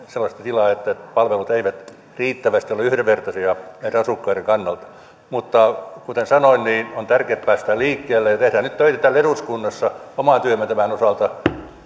tilaa että palvelut eivät riittävästi ole yhdenvertaisia näiden asukkaiden kannalta mutta kuten sanoin on tärkeätä että päästään liikkeelle ja tehdään nyt töitä täällä eduskunnassa oman työmme osalta